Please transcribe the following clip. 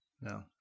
No